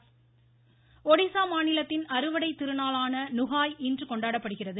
ஙஹாய் ஒடிசா மாநிலத்தின் அறுவடைத் திருநாளான நுஹாய் இன்று கொண்டாடப்படுகிறது